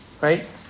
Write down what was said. Right